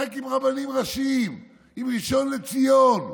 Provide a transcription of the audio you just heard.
משחק עם רבנים ראשיים, עם הראשון לציון,